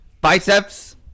Biceps